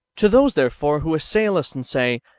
to those, therefore, who assail us, and say.